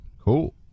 Cool